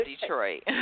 Detroit